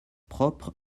propre